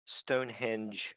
Stonehenge